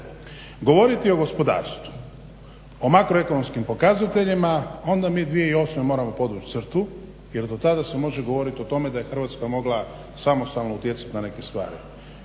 govoriti o gospodarstvo o makroekonomskim pokazateljima onda mi 2008.moramo podvući crtu jer do tada se može govoriti o tome da je Hrvatska mogla samostalno utjecati na neke stvari.